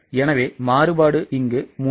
எனவே மாறுபாடு 300